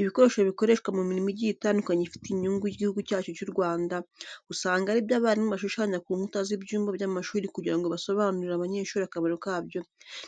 Ibikoresho bikoreshwa mu mirimo igiye itandukanye ifitiye inyungu Igihugu cyacu cy'u Rwanda, usanga ari byo abarimu bashushanya ku nkuta z'ibyumba by'amashuri kugira ngo basobanurire abanyeshuri akamaro kabyo